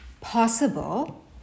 possible